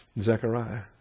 Zechariah